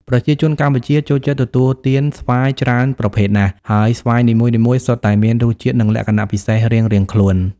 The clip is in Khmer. ប្រជាជនកម្ពុជាចូលចិត្តទទួលទានស្វាយច្រើនប្រភេទណាស់ ហើយស្វាយនីមួយៗសុទ្ធតែមានរសជាតិ និងលក្ខណៈពិសេសរៀងៗខ្លួន។